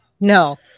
no